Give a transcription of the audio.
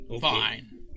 Fine